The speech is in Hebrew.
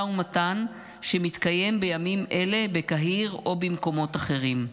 ומתן שמתקיים בימים אלה בקהיר או במקומות אחרים.